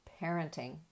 parenting